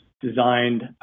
designed